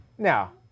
Now